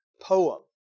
poem